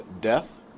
death